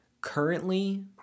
currently